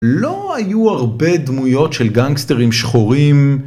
לא היו הרבה דמויות של גנגסטרים שחורים